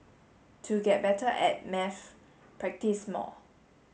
to get better at maths practise more